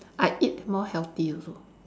I eat more healthy also